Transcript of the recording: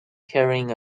carrying